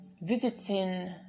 visiting